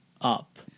up